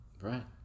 Right